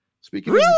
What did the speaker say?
Speaking